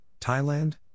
Thailand